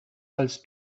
als